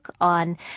on